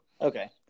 Okay